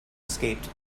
escaped